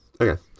okay